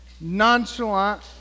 nonchalant